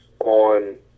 on